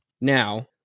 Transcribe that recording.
Now